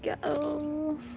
go